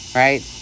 right